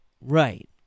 Right